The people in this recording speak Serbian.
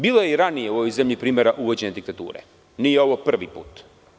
Bilo je i ranije u ovoj zemlji primera uvođenja diktature, nije ovo prvi put.